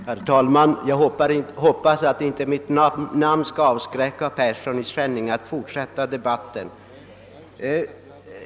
Herr talman! Jag hoppas att inte mitt namn skall avskräcka herr Persson i Skänninge från att fortsätta debatten.